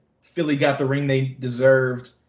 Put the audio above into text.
Philly-got-the-ring-they-deserved